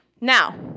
Now